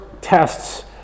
Tests